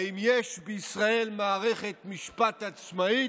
האם יש פה בישראל מערכת משפט עצמאית?